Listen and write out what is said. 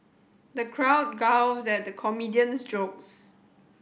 the crowd guffawed at the comedian's jokes